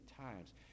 times